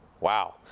Wow